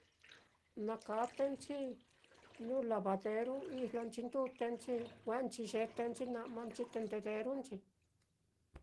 Na katenchi nuu lavaderu, ijlonchi ndutenchi, jue'enchi yetenchi na'manchi tendederunchi.